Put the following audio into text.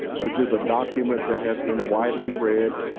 which is a document that has been widely read,